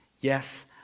Yes